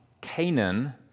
Canaan